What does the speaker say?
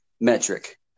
metric